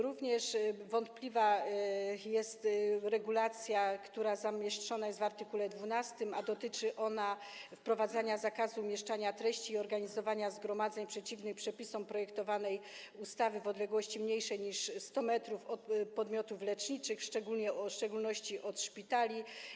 Również wątpliwa jest regulacja, która zamieszczona jest w art. 12, a dotyczy wprowadzenia zakazu umieszczania treści i organizowania zgromadzeń przeciwnych przepisom projektowanej ustawy w odległości mniejszej niż 100 m od podmiotów leczniczych, w szczególności od szpitali.